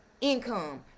income